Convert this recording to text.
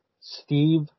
Steve